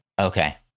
Okay